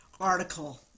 article